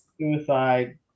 suicide